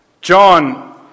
John